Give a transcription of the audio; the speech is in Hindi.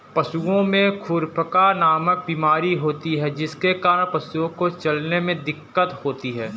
पशुओं में खुरपका नामक बीमारी होती है जिसके कारण पशुओं को चलने में दिक्कत होती है